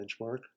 benchmark